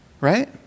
right